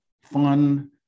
fun